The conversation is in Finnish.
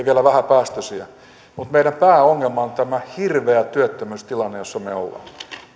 vielä vähäpäästöisiä mutta meidän pääongelmamme on tämä hirveä työttömyystilanne jossa me olemme